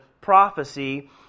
prophecy